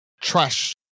trash